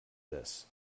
this